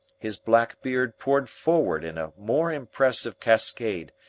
his black beard poured forward in a more impressive cascade,